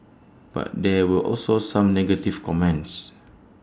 but there were also some negative comments